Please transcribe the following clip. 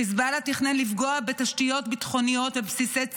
חיזבאללה תכנן לפגוע בתשתיות ביטחוניות ובסיסי צה"ל.